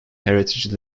heritage